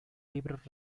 libros